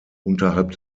unterhalb